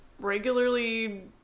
regularly